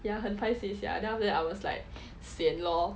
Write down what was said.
ya 很 paiseh sia then after that I was like sian lor